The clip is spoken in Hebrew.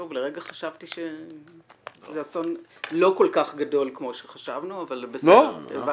לרגע חשבתי שזה אסון לא כל כך גדול כמו שחשבנו אבל הבנתי.